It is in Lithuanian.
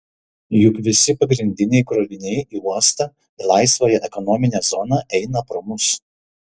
juk visi pagrindiniai kroviniai į uostą į laisvąją ekonominę zoną eina pro mus